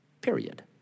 period